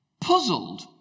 Puzzled